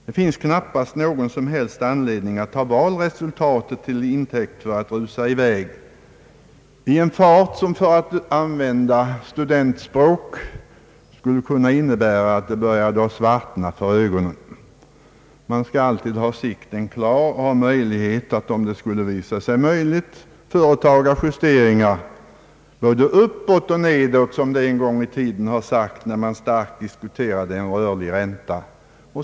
Det finns knappast någon anledning att ta valresultatet till insikt för att rusa i väg i en sådan fart att det — för att använda studentspråk — skulle kunna svartna för ögonen. Man skall alltid ha sikten klar och om det skulle visa sig möjligt kunna företa justeringar både uppåt och nedåt, som det en gång i tiden har sagts när man livligt diskuterat den rörliga räntan.